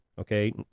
Okay